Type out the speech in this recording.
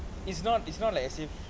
it's not it's not like as if